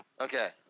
Okay